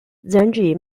zengi